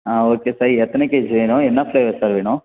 ஆ okay sir எத்தனை KG வேணும் என்ன ஃப்ளேவர் சார் வேணும்